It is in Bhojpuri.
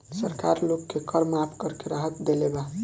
सरकार लोग के कर माफ़ करके राहत देले बा